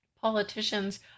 politicians